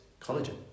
collagen